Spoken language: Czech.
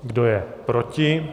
Kdo je proti?